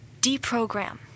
Deprogram